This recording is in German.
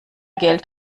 geld